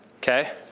okay